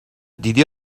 دیدی